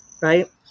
Right